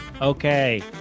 Okay